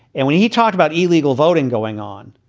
and when he talked about illegal voting going on,